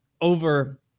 over